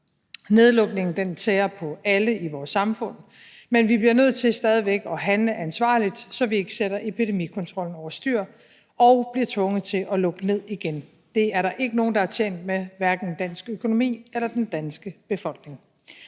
Nedlukningen tærer på alle i vores samfund, men vi bliver nødt til stadig væk at handle ansvarligt, så vi ikke sætter epidemikontrollen over styr og bliver tvunget til at lukke ned igen. Det er der ikke nogen, der er tjent med, hverken dansk økonomi eller den danske befolkning.